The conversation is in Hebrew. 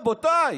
רבותיי,